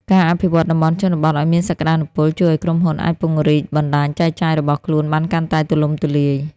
ការអភិវឌ្ឍតំបន់ជនបទឱ្យមានសក្ដានុពល ជួយឱ្យក្រុមហ៊ុនអាចពង្រីកបណ្ដាញចែកចាយរបស់ខ្លួនបានកាន់តែទូលំទូលាយ។